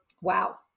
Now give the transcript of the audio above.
Wow